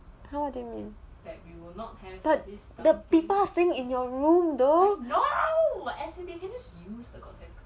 what do you mean but there will be people staying in your room though